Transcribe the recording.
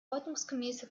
ordnungsgemäße